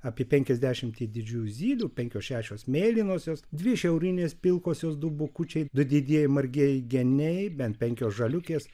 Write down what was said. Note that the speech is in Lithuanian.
apie penkiasdešimtį didžiųjų zylių penkios šešios mėlynosios dvi šiaurinės pilkosios du bukučiai du didieji margieji geniai bent penkios žaliukės